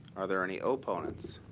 are there any opponents?